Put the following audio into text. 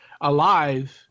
alive